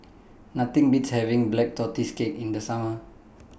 Nothing Beats having Black Tortoise Cake in The Summer